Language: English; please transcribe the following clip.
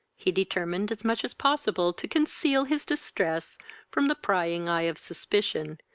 he determined as much as possible to conceal his distress from the prying eye of suspicion,